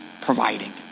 providing